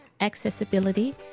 accessibility